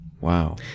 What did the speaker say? Wow